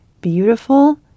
beautiful